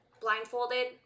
blindfolded